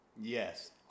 Yes